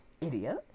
Idiot